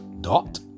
dot